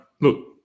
look